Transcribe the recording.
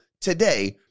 today